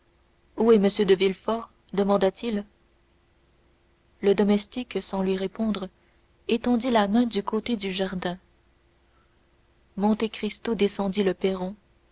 où est m de villefort demanda-t-il le domestique sans lui répondre étendit la main du côté du jardin monte cristo descendit le perron